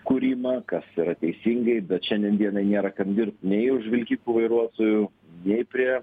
kūrimą kas yra teisingai bet šiandien dienai nėra kad dirbt nei už vilkikų vairuotojų nei prie